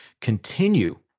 continue